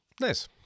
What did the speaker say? Nice